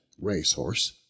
race-horse